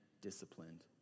disciplined